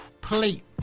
plate